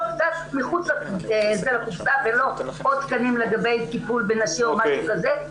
קצת מחוץ לקופסה ולא עוד תקנים לגבי טיפול בנשים או משהו כזה,